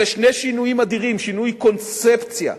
אלה שני שינויים אדירים, שינויי קונספציה,